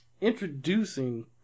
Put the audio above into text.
introducing